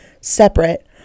separate